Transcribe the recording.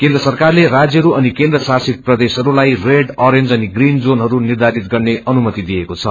केन्द्रसरकारलेरान्यहरू अनिकेन्द्रशासित्प्रदेशहरूलाईरिड अरेन्जअनिग्रीनजोनहरू निर्धारितगर्नेअनुमतिदिएको छ